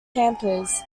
campers